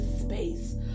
space